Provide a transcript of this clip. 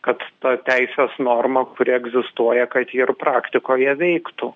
kad ta teisės norma kuri egzistuoja kad ji ir praktikoje veiktų